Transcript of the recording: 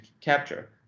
capture